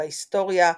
בהיסטוריה,